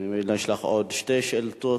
יש לך עוד שתי שאילתות.